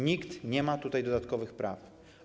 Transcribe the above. Nikt nie ma tutaj dodatkowych praw.